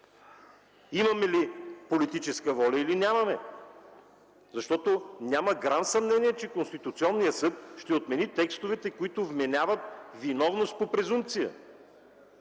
имаме ли политическа воля, или нямаме? Защото няма грам съмнение, че Конституционният съд ще отмени текстовете, които вменяват виновност по презумпция.